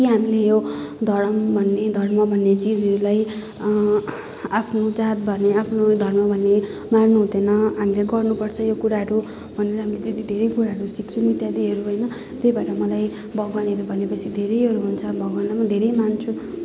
के हामीले यो धर्म भन्ने धर्म भन्ने चिजहरूलाई आफ्नो जात भन्ने आफ्नो धर्म भन्ने मार्नु हुँदैन हामीले गर्नुपर्छ यो कुराहरू भनेर हामीले त्यत्ति धेरै कुराहरू सिक्छौँ त्यहाँदेखिहरू होइन त्यही भएर मलाई भगवानहरू भनेपछि धेरै उयोहरू हुन्छ भगवानलाई पनि धेरै मान्छु